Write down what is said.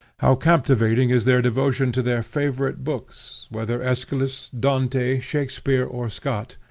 how captivating is their devotion to their favorite books, whether aeschylus, dante, shakspeare, or scott,